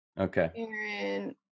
Okay